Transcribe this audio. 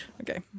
Okay